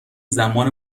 زمان